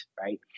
right